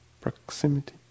Proximity